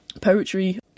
poetry